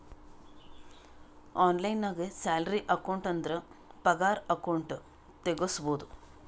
online ನಾಗ್ salary account ಅಂದುರ್ ಪಗಾರ ಅಕೌಂಟ್ ತೆಗುಸ್ಬೋದು